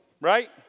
Right